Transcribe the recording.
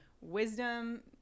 wisdom